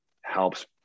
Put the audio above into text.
helps